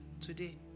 today